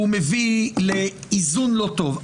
הוא מביא לאיזון לא טוב,